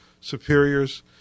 superiors